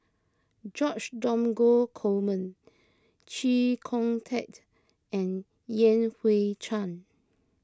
George Dromgold Coleman Chee Kong Tet and Yan Hui Chang